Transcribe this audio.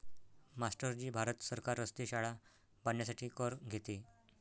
master ji Bharat सरकार रस्ते, शाळा बांधण्यासाठी कर घेते